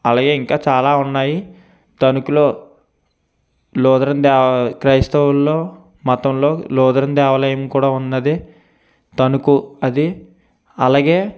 అలాగే ఇంకా చాలా ఉన్నాయి తనుకులో లూదరన్ దేవాలయం క్రైస్తవుల్లో మతంలో లూదరం దేవాలయం కూడా ఉన్నది తనుకు అది అలాగే